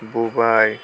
Bubai